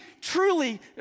truly